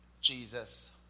Jesus